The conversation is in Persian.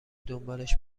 دنبالش